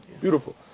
Beautiful